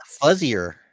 fuzzier